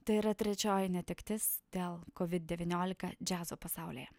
tai yra trečioji netektis dėl covid devyniolika džiazo pasaulyje